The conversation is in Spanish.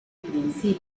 principio